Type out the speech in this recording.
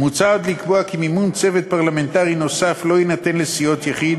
מוצע עוד לקבוע כי מימון צוות פרלמנטרי נוסף לא יינתן לסיעות יחיד,